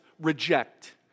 reject